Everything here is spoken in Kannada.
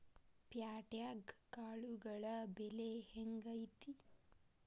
ಪ್ಯಾಟ್ಯಾಗ್ ಕಾಳುಗಳ ಬೆಲೆ ಹೆಂಗ್ ಐತಿ?